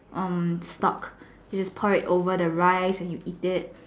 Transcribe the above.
um stock where you just pour it over the rice and you eat it